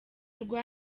rwa